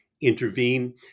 intervene